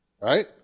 right